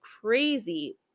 crazy